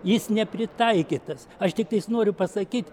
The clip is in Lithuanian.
jis nepritaikytas aš tiktais noriu pasakyt